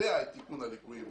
לבצע את תיקון הליקויים.